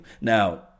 Now